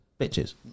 bitches